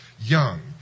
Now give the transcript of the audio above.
young